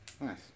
Nice